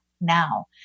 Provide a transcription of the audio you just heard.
now